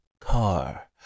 car